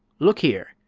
look here!